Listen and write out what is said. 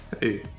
hey